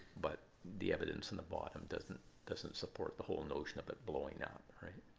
but the evidence on the bottom doesn't doesn't support the whole notion of it blowing out, right?